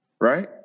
right